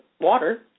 water